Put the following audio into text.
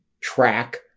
track